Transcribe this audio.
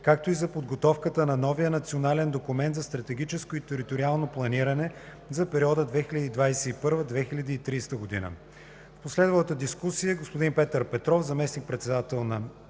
както и за подготовката на новия национален документ за стратегическо и териториално планиране за периода 2021 – 2030 г. В последвалата дискусия господин Петър Петров, заместник-председател на